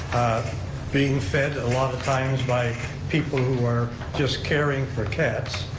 being fed a lot of times by people who are just caring for cats,